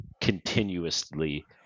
continuously